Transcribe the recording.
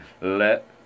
Let